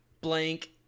blank